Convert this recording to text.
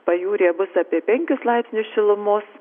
pajūryje bus apie penkis laipsnius šilumos